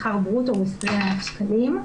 שכר ברוטו הוא 20,000 שקלים.